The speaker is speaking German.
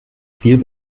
viel